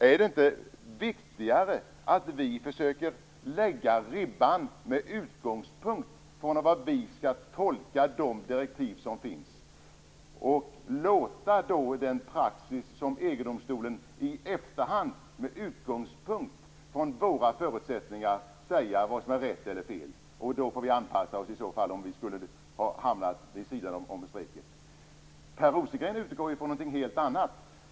Är det inte viktigare att vi försöker tolka de direktiv som finns och låter EG-domstolen i efterhand säga vad som är rätt eller fel med utgångspunkt i våra förutsättningar? Om det då skulle visa sig att vi skulle ha hamnat vid sidan om strecket får vi i så fall anpassa oss. Per Rosengren utgår från någonting helt annat.